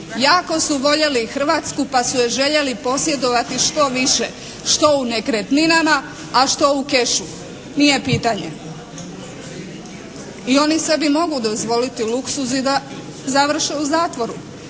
Jako su voljeli Hrvatsku pa su je željeli posjedovati što više, što u nekretninama a što u kešu, nije pitanje. I oni sebi mogu dozvoliti luksuz i da završe u zatvoru